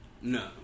No